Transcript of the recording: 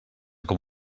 com